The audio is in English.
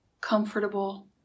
comfortable